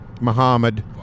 Muhammad